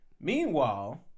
Meanwhile